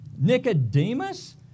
Nicodemus